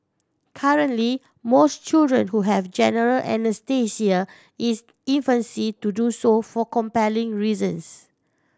currently most children who have general anaesthesia is infancy to do so for compelling reasons